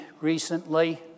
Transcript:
recently